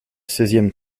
seizième